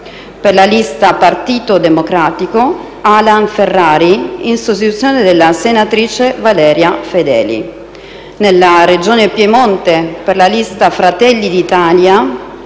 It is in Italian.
per la lista «Partito democratico», Alan Ferrari, in sostituzione della senatrice Valeria Fedeli; nella Regione Piemonte: per la lista «Fratelli d'Italia